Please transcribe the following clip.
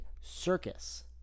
circus